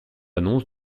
annonce